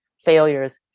failures